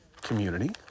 community